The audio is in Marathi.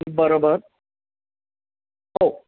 बरोबर हो